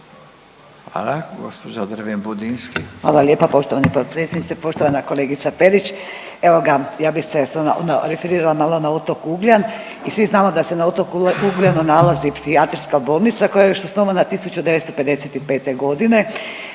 Budinski, Nadica (HDZ)** Hvala lijepa poštovani potpredsjedniče. Poštovana kolegica Perić. Evoga ja bi se ono referirala malo na otok Ugljan i svi znamo da se na otoku Ugljanu nalazi Psihijatrijska bolnica koja je još osnova 1955.g.,